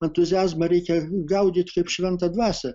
entuziazmą reikia gaudyt kaip šventą dvasią